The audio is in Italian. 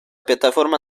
piattaforma